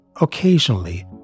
Occasionally